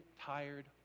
tired